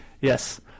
Yes